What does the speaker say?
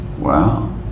Wow